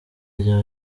rya